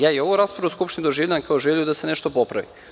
Ja i ovu raspravu u Skupštini doživljavam kao želju da se nešto popravi.